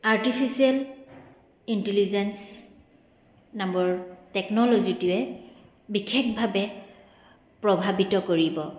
artificial intelligence নামৰ টেকন'লজিটোৱে বিশেষভাৱে প্ৰভাৱিত কৰিব